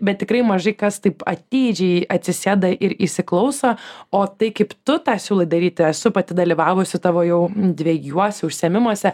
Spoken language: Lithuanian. bet tikrai mažai kas taip atidžiai atsisėda ir įsiklauso o tai kaip tu tą siūlai daryti esu pati dalyvavusi tavo jau dviejuose užsiėmimuose